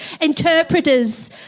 Interpreters